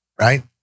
right